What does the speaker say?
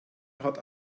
hat